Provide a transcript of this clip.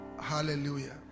hallelujah